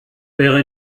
wäre